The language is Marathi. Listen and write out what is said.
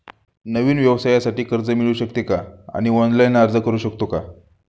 नवीन व्यवसायासाठी कर्ज मिळू शकते का आणि ऑनलाइन अर्ज करू शकतो का?